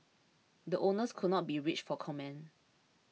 the owners could not be reached for comment